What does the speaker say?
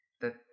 That-